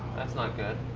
that's not good.